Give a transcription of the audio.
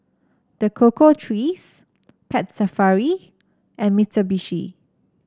The Cocoa Trees Pet Safari and Mitsubishi